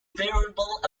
variable